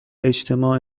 اجتماع